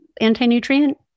anti-nutrient